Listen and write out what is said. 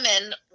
women